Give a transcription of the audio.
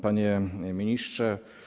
Panie Ministrze!